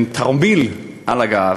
עם תרמיל על הגב,